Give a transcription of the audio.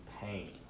pain